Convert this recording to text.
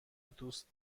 دوست